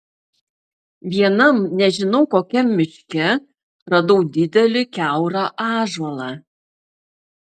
vienam nežinau kokiam miške radau didelį kiaurą ąžuolą